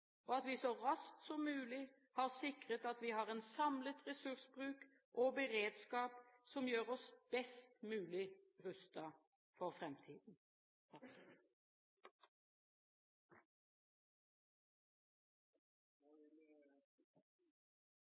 og at vi så raskt som mulig har sikret at vi har en samlet ressursbruk og beredskap som gjør oss best mulig rustet for